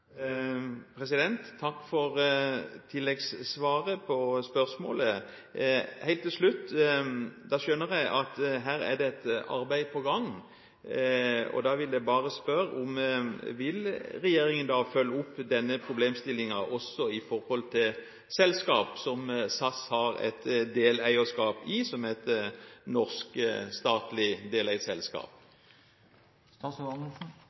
Takk for tilleggssvaret på spørsmålet. Helt til slutt: Jeg skjønner at her er det et arbeid på gang. Da vil jeg bare spørre: Vil regjeringen følge opp denne problemstillingen også når det gjelder selskaper som SAS har et deleierskap i – som et norsk statlig